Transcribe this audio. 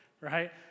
right